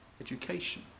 education